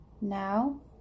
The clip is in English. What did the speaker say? Now